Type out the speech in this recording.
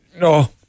No